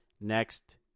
next